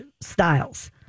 styles